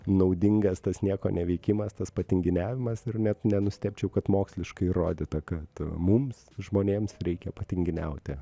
naudingas tas nieko neveikimas tas patinginiavimas ir net nenustebčiau kad moksliškai įrodyta kad mums žmonėms reikia patinginiauti